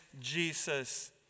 Jesus